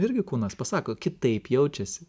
irgi kūnas pasako kitaip jaučiasi